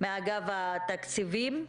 מאגף התקציבים,